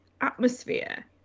atmosphere